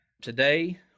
Today